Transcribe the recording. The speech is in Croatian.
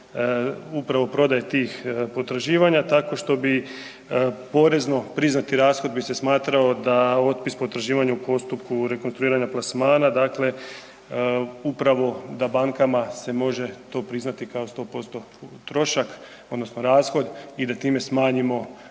upravo prodaje tih potraživanja tako što bi porezno priznati rashod bi se smatrao da otpis potraživanja u postupku rekonstruiranja plasmana, dakle upravo da bankama se to može priznati kao 100% trošak odnosno rashod i da time smanjimo